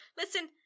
listen